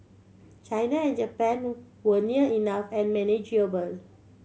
China and Japan were near enough and manageable